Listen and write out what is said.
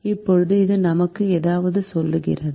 இப்போது இது நமக்கு ஏதாவது சொல்கிறது